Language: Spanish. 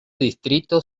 distrito